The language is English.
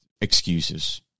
excuses